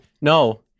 No